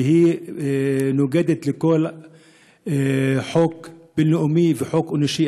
והיא נוגדת כל חוק בין-לאומי וחוק אנושי,